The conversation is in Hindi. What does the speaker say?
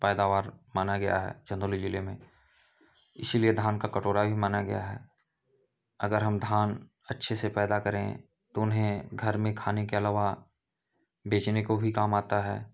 पैदावार माना गया है चन्दौली ज़िले में इसीलिए धान का कटोरा भी माना गया है अगर हम धान अच्छे से पैदा करें तो उन्हें घर में खाने के अलावा बेचने को भी काम आता है